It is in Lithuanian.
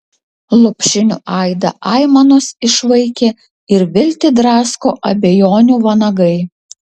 lopšinių aidą aimanos išvaikė ir viltį drasko abejonių vanagai